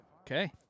Okay